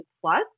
Plus